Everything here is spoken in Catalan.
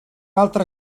altre